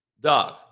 dog